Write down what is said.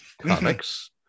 Comics